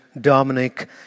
Dominic